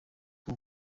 uko